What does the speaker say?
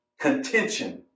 contention